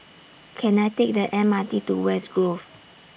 Can I Take The M R T to West Grove